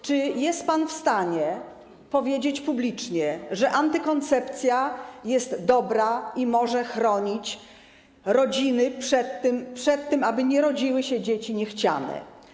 Czy jest pan w stanie powiedzieć publicznie, że antykoncepcja jest dobra i może chronić rodziny przed tym, aby nie rodziły się dzieci niechciane?